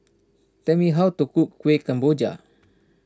tell me how to cook Kueh Kemboja